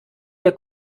der